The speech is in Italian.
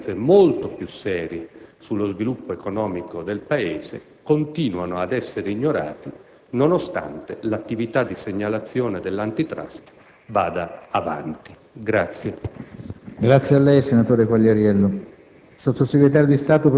hanno conseguenze molto più serie sullo sviluppo economico del Paese, continuano invece ad essere ignorati, nonostante l'attività di segnalazione dell'*Antitrust* vada invece avanti.